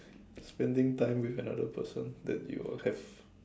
spending time with another person that you have